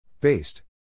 Based